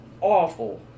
Awful